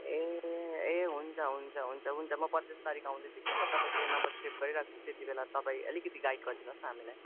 ए ए हुन्छ हुन्छ हुन्छ हुन्छ म पच्चिस तारिक आउँदैछु कि म तपाईँको यो नम्बर सेभ गरिराख्छु त्यति बेला तपाईँ अलिकति गाइड गरिदिनु होस् न हामीलाई